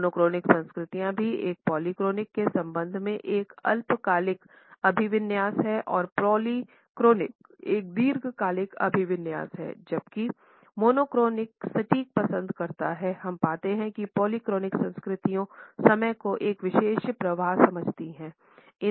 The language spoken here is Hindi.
मोनोक्रॉनिक संस्कृति भी एक पॉलीक्रॉनिक के संबंध में एक अल्पकालिक अभिविन्यास है और पॉलीक्रॉनिक एक दीर्घकालिक अभिविन्यास है जबकि मोनोक्रॉनिक सटीक पसंद करता है हम पाते हैं कि पॉलीक्रॉनिक संस्कृतियों समय को एक विशेष प्रवाह समझती है